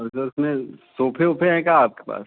मतलब उसमें सोफे वोफे हैं क्या आपके पास